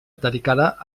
dedicada